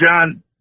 John